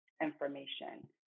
information